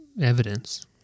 evidence